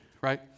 right